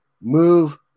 move